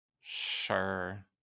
Sure